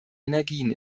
energien